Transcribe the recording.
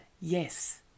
Yes